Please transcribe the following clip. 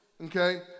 okay